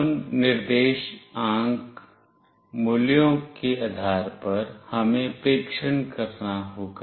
उन निर्देशांक मूल्यों के आधार पर हमें परीक्षण करना होगा